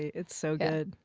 it's so good.